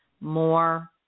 more